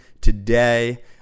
today